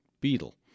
beetle